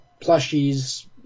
plushies